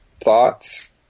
thoughts